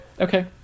okay